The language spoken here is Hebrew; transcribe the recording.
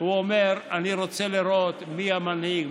הוא אומר: אני רוצה לראות מי המנהיג.